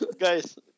Guys